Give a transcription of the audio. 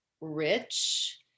rich